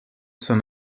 son